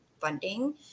funding